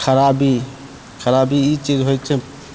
खराबी खराबी ई चीज होइत छै